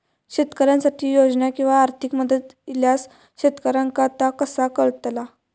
शेतकऱ्यांसाठी योजना किंवा आर्थिक मदत इल्यास शेतकऱ्यांका ता कसा कळतला?